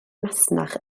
masnach